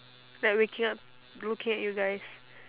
like waking up looking at you guys